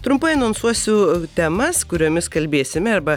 trumpai anonsuosiu temas kuriomis kalbėsime arba